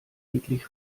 eklig